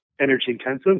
energy-intensive